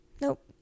nope